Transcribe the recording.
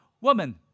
woman